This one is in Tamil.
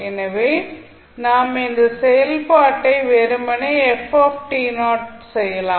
எனவே நாம் இந்த செயல்பாட்டை வெறுமனே செய்யலாம்